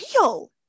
real